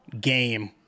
game